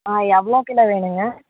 ஆ எவ்வளோ கிலோ வேணுங்க